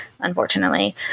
unfortunately